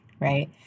right